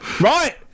Right